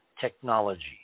technology